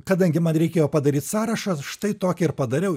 kadangi man reikėjo padaryt sąrašą štai tokį ir padariau